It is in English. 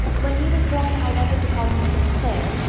when he was born i wanted to call him st. clair.